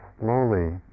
slowly